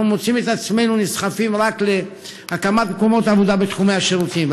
אנחנו מוצאים את עצמנו נסחפים רק להקמת מקומות עבודה בתחומי השירותים,